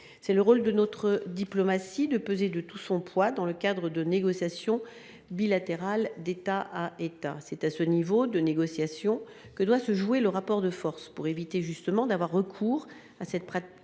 Il revient à notre diplomatie de peser de tout son poids dans le cadre de négociations bilatérales. C’est à ce niveau de négociation que doit se jouer le rapport de force pour éviter d’avoir recours à cette pratique